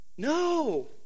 No